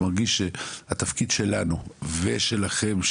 מרגיש שהתפקיד שלנו ושלכם,